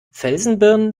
felsenbirnen